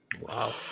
wow